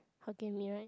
hokkien mee right